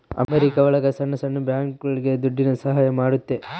America ಒಳಗ ಸಣ್ಣ ಸಣ್ಣ ಬ್ಯಾಂಕ್ಗಳುಗೆ ದುಡ್ಡಿನ ಸಹಾಯ ಮಾಡುತ್ತೆ